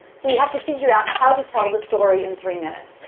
so you have to figure out how to tell the story in three minutes.